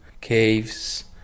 caves